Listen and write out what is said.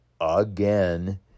again